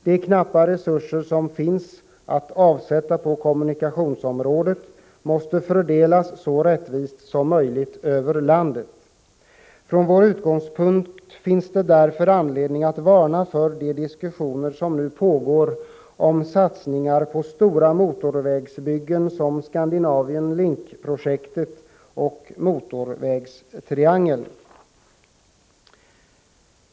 De knappa resurser som finns att avsätta på kommunikationsområdet måste fördelas så rättvist som möjligt över landet. Från vår utgångspunkt finns det därför anledning att varna för de diskussioner som nu pågår om satsningar på stora motorvägsbyggen som Scandinavian Link-projektet och motorvägstriangeln.